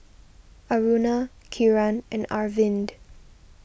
Aruna Kiran and Arvind